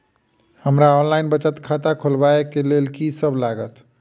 हमरा ऑनलाइन बचत खाता खोलाबै केँ लेल की सब लागत?